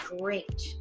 great